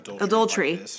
adultery